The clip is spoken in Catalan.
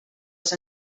els